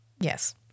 Yes